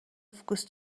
فوکس